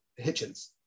Hitchens